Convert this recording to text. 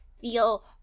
feel